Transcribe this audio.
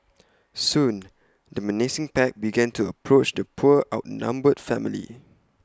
soon the menacing pack began to approach the poor outnumbered family